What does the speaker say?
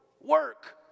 work